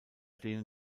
denen